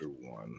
one